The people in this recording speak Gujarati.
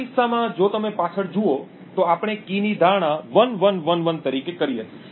આ કિસ્સામાં જો તમે પાછળ જુઓ તો આપણે કી ની ધારણા 1111 તરીકે કરી હતી